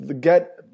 get